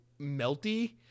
melty